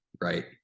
right